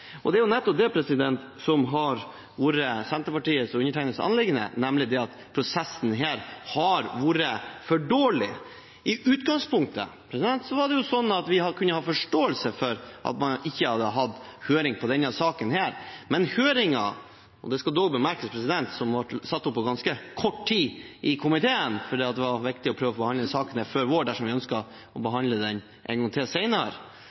Og det er nettopp det som har vært Senterpartiets og undertegnedes anliggende, nemlig at prosessen har vært for dårlig. I utgangspunktet kunne vi hatt forståelse for at man ikke hadde hatt høring i denne saken, men høringen – det skal dog bemerkes – som var satt opp på ganske kort tid i komiteen fordi det var viktig å prøve å få behandlet saken før våren dersom man ønsket å behandle den en gang til